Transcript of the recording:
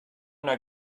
una